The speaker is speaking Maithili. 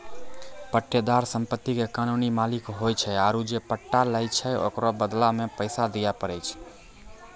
पट्टेदार सम्पति के कानूनी मालिक होय छै आरु जे पट्टा लै छै ओकरो बदला मे पैसा दिये पड़ै छै